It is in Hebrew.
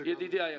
ידידי היקר.